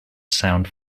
sound